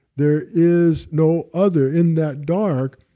there is no other in that dark,